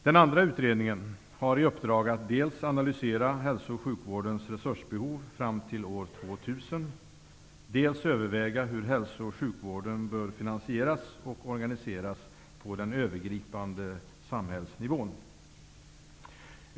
Den andra utredningen har i uppdrag att dels analysera hälso och sjukvårdens resursbehov fram till år 2000, dels överväga hur hälso och sjukvården bör finansieras och organiseras på den övergripande samhällsnivån.